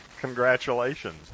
congratulations